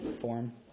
form